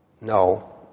no